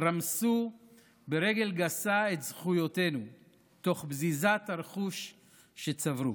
רמסו ברגל גסה את זכויותינו תוך בזיזת הרכוש שצברו.